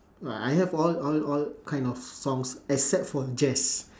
uh I have all all all kind of songs except for jazz